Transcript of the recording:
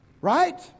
Right